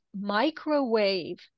microwave